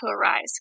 arise